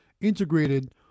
integrated